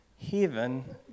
heaven